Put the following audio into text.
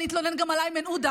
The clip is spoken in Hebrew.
אני אתלונן גם על איימן עודה,